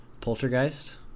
Poltergeist